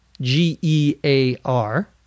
G-E-A-R